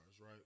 Right